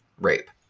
rape